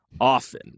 often